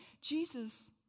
Jesus